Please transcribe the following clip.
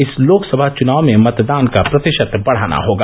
इस लोकसभा चुनाव में मतदान का प्रतिषत बढ़ाना होगा